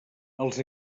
els